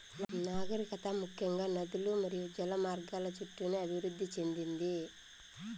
నాగరికత ముఖ్యంగా నదులు మరియు జల మార్గాల చుట్టూనే అభివృద్ది చెందింది